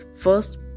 first